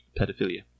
pedophilia